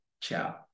Ciao